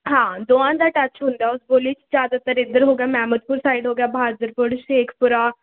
ਹਾਂ ਦੋਵਾਂ ਦਾ ਟੱਚ ਹੁੰਦਾ ਉਸ ਬੋਲੀ 'ਚ ਜ਼ਿਆਦਾਤਰ ਇੱਧਰ ਹੋ ਗਿਆ ਮੈਮਦਪੁਰ ਸਾਈਡ ਹੋ ਗਿਆ ਬਹਾਦਰਗੜ੍ਹ ਸ਼ੇਖਪੁਰਾ